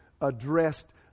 addressed